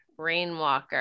Rainwalker